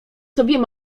pomyśleć